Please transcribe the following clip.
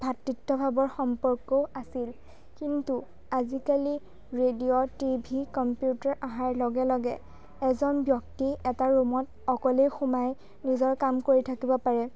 ভাতৃত্বভাৱৰ সম্পৰ্কও আছিল কিন্তু আজিকালি ৰেডিঅ' টিভি কম্পিউটাৰ অহাৰ লগে লগে এজন ব্যক্তি এটা ৰুমত অকলেই সোমাই নিজৰ কাম কৰি থাকিব পাৰে